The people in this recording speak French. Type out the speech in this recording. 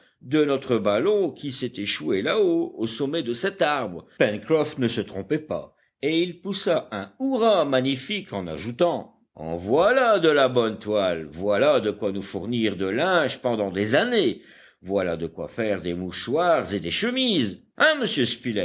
de notre ballon qui s'est échoué là-haut au sommet de cet arbre pencroff ne se trompait pas et il poussa un hurrah magnifique en ajoutant en voilà de la bonne toile voilà de quoi nous fournir de linge pendant des années voilà de quoi faire des mouchoirs et des chemises hein monsieur